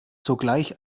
sogleich